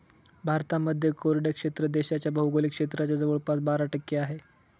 भारतामध्ये कोरडे क्षेत्र देशाच्या भौगोलिक क्षेत्राच्या जवळपास बारा टक्के आहे